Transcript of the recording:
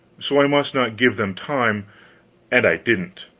so i must not give them time and i didn't.